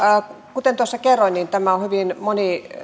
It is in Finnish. kuten tuossa kerroin niin tämä on hyvin